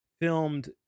filmed